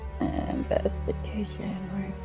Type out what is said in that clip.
Investigation